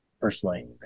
Personally